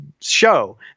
show